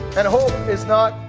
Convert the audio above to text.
and hope is not,